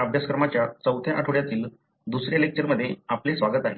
अभ्यासक्रमाच्या चौथ्या आठवड्यातील दुसऱ्या लेक्चरमध्ये आपले स्वागत आहे